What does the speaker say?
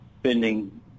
spending